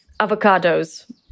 avocados